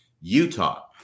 Utah